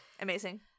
Amazing